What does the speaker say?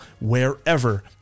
wherever